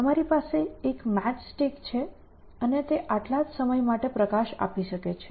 તમારી પાસે એક મેચ સ્ટીક છે અને આટલા જ સમય માટે પ્રકાશ આપી શકે છે